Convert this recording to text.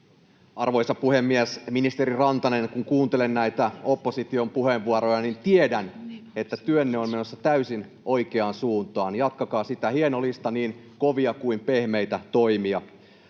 Arvoisa puhemies! Ministeri Rantanen, kun kuuntelen näitä opposition puheenvuoroja, niin tiedän, että työnne on menossa täysin oikeaan suuntaan. Jatkakaa sitä. Hieno lista niin kovia kuin pehmeitä toimia.